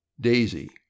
Daisy